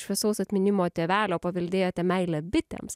šviesaus atminimo tėvelio paveldėjote meilę bitėms